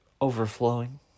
overflowing